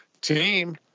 team